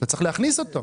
אתה צריך להכניס אותו.